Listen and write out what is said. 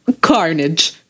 carnage